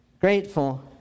grateful